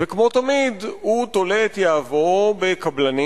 וכמו תמיד הוא תולה את יהבו בקבלנים.